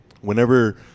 Whenever